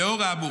לאור האמור,